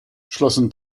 schlossen